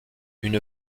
une